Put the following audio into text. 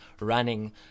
running